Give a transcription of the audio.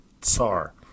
Tsar